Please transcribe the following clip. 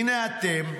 הינה אתם,